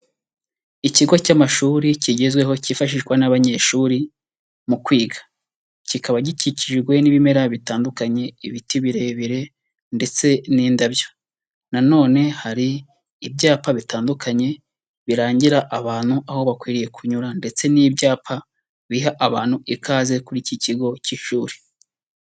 Ikigo cy'amashuri kigezweho kifashishwa n'abanyeshuri mu kwiga, kikaba gikikijwe n'ibimera bitandukanye, ibiti birebire ndetse n'indabyo na none hari ibyapa bitandukanye birangira abantu aho bakwiriye kunyura ndetse n'ibyapa biha abantu ikaze kuri iki kigo cy'ishuri.